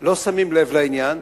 לא שמים לב לעניין,